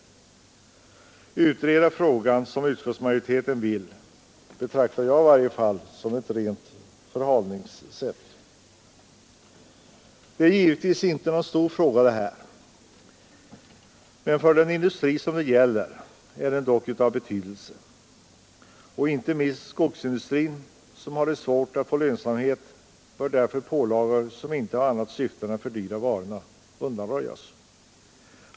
Att vi skulle avvakta en utredning, som utskottsmajoriteten vill, betraktar i varje fall jag som en ren förhalning av frågan. Det här är givetvis inte någon stor fråga, men för den industri det gäller är den dock av betydelse. Inte minst för skogsindustrin, som har svårt att få lönsamhet, bör pålagor som inte har annat syfte än att fördyra varorna undaröjas.